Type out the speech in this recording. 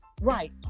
right